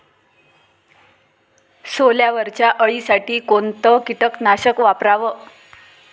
सोल्यावरच्या अळीसाठी कोनतं कीटकनाशक वापराव?